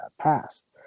past